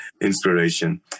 inspiration